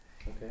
Okay